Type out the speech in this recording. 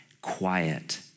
quiet